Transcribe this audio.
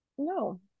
No